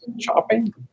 Shopping